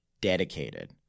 dedicated